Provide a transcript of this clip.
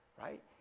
right